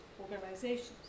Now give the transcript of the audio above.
organizations